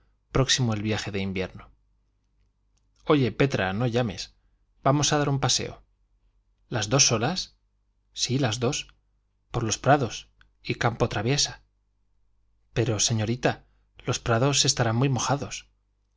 próximo el viaje de invierno oye petra no llames vamos a dar un paseo las dos solas sí las dos por los prados a campo traviesa pero señorita los prados estarán muy mojados